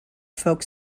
folk